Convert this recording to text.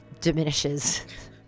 diminishes